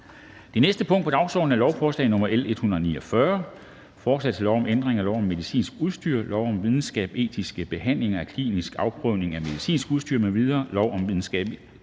Det næste punkt på dagsordenen er: 14) 2. behandling af lovforslag nr. L 149: Forslag til lov om ændring af lov om medicinsk udstyr, lov om videnskabsetisk behandling af kliniske afprøvninger af medicinsk udstyr m.v., lov om videnskabsetisk